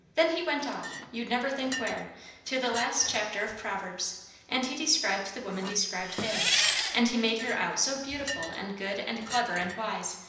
then he went off, you'd never think where to the last chapter of proverbs and he described the woman described there and he made her out so beautiful and good and clever and wise,